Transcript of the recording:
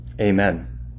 amen